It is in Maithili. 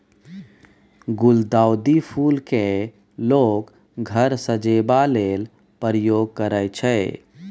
गुलदाउदी फुल केँ लोक घर सजेबा लेल प्रयोग करय छै